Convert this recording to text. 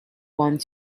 want